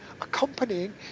accompanying